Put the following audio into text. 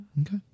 Okay